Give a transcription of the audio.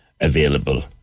available